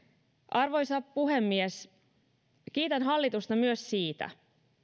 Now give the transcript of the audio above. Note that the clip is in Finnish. arvoisa puhemies kiitän hallitusta myös siitä